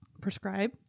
prescribe